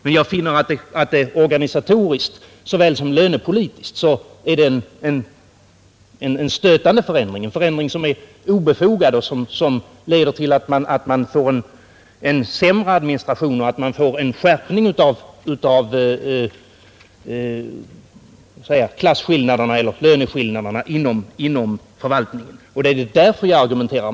Men jag anser att detta såväl organisatoriskt som lönepolitiskt är en stötande och obefogad förändring som leder till att man får en sämre administration och en skärpning av klassoch löneskillnaderna inom förvaltningen. Därför argumenterar jag emot förändringen.